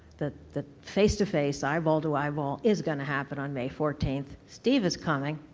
the the face-to-face, eyeball-to-eyeball, is going to happen on may fourteenth. steve is coming.